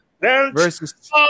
versus